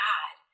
God